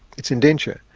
it's indenture'.